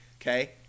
okay